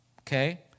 Okay